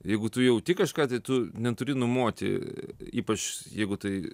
jeigu tu jauti kažką tai tu neturi numoti ypač jeigu tai